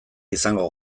izango